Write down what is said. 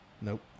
Nope